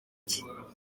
cye